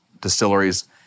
distilleries